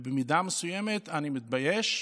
ובמידה מסוימת אני מתבייש,